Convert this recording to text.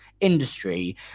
industry